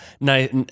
nice